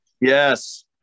Yes